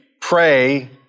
pray